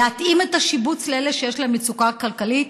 להתאים את השיבוץ לאלה שיש להם מצוקה כלכלית.